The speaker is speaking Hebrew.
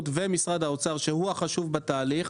החשוב הזה.